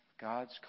God's